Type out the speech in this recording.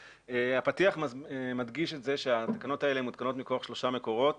הפתיח מדגיש את זה שהתקנות האלה מותקנות מכוח שלושה מקורות